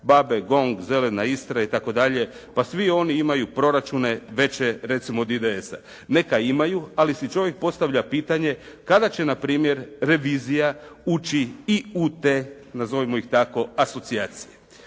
B.a.b.e., GONG, Zelena Istra itd. pa svi oni imaju proračune veće recimo od IDS-a. neka imaju, ali si čovjek postavlja pitanje kada će npr. revizija ući i u te nazovimo ih tako, asocijacije.